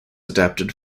adapted